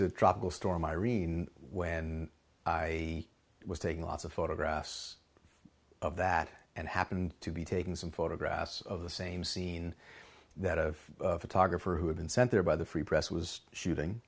to tropical storm irene when i was taking lots of photographs of that and happened to be taking some photographs of the same scene that of photographer who had been sent there by the free press was shooting